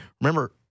Remember